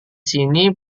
sini